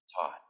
taught